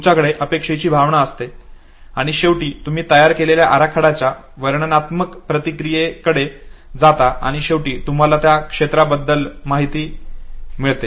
तुमच्याकडे अपेक्षेची भावना असते आणि शेवटी तुम्ही तयार केलेल्या आराखड्याच्या वर्तनात्मक प्रतिक्रियेकडे जाता आणि शेवटी तुम्हाला त्या क्षेत्राबद्दल माहिती मिळते